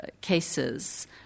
cases